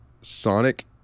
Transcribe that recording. Sonic